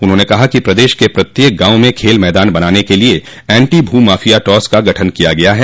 उन्होंने कहा कि प्रदेश के प्रत्येक गांव में खेल मैदान बनाने के लिये एंटी भू माफिया टॉस का गठन किया है